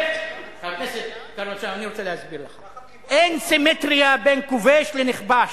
אני רוצה להסביר לך: אין סימטריה בין כובש לנכבש.